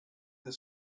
the